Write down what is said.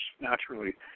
naturally